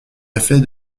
effet